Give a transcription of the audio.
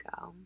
go